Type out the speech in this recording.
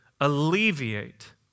alleviate